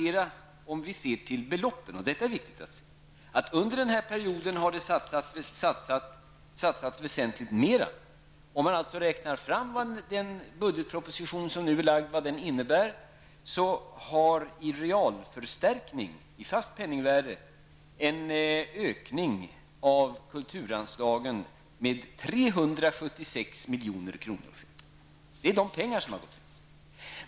Om vi ser till beloppen -- och detta är viktigt -- kan vi konstatera att det under den här perioden har satsats väsentligt mera. Om man räknar fram vad den budgetproposition som nu har lagts fram innebär, har i realförstärkning, i fast penningvärde, en ökning av kulturanslagen med 376 milj.kr. skett. Det är de pengar som har gått ut.